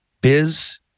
Biz